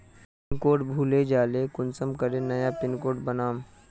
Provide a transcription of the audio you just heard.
Pin code भूले जाले कुंसम करे नया पिन कोड बनाम?